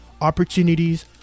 opportunities